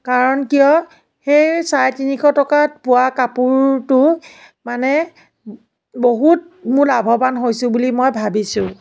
কাৰণ কিয় সেই চাৰে তিনিশ টকাত পোৱা কাপোৰটো মানে বহুত মোৰ লাভৱান হৈছোঁ বুলি মই ভাবিছোঁ